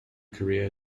career